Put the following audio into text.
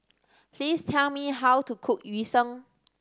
please tell me how to cook Yu Sheng